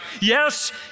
Yes